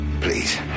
please